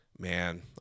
man